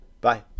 Bye